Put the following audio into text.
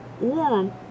warm